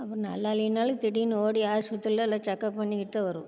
அப்போ நல்லா இல்லைன்னாலும் திடீர்னு ஓடி ஆஸ்பத்திரில எல்லாம் செக்கப் பண்ணிக்கிட்டுத் தான் வருவோம்